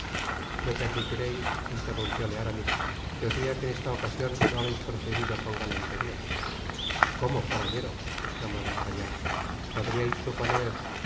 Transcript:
me permitireis interrumpióle aramis que os diga que en esta ocasion no habeis procedido con galanteria cómo caballero esclamó d'artagnan podriais suponer